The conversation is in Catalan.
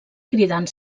cridant